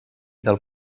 del